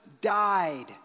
died